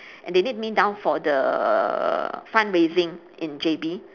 and they need me down for the fundraising in J_B